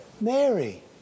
Mary